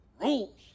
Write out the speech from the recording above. rules